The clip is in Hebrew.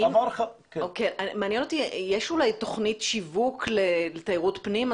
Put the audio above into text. יש אולי תוכנית שיווק לתיירות פנים?